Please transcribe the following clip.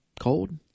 cold